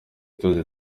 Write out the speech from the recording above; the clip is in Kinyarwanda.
tuzi